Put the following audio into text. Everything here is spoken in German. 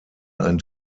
ein